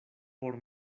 por